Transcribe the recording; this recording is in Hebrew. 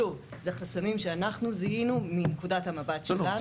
שוב, זה חסמים שאנחנו זיהינו מנקודת המבט שלנו.